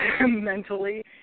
mentally